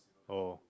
oh